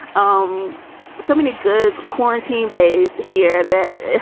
um so many good quarantine bays here that,